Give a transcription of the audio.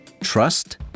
Trust